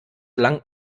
lang